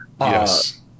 Yes